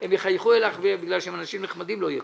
הם יחייכו אליך כי הם אנשים נחמדים אבל כלום לא יהיה.